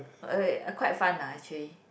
quite fun lah actually